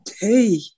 hey